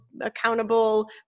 accountable